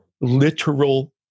literal